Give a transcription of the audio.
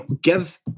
give